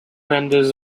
vendors